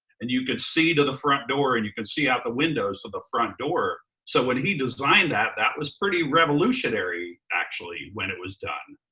and you could see to the front door and you can see out the windows to the front door. so when he designed that that was pretty revolutionary actually when it was done.